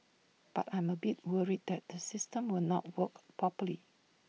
but I am A bit worried that the system will not work properly